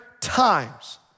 times